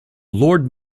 lord